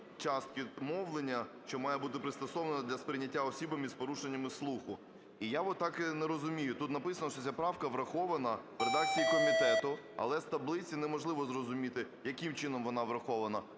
частки мовлення, що має бути пристосоване для сприйняття особами з порушеннями слуху. І я от не розумію, тут написано, що ця правка врахована в редакції комітету. Але з таблиці неможливо зрозуміти, яким чином вона врахована.